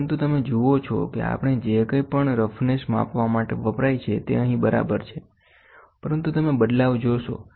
પરંતુ તમે જુઓ છો કે આપણે જે કંઈપણ રફનેસ માપવા માટે વપરાય છે તે પણ અહીં વપરાય છે પરંતુ તમે બદલાવ જોશો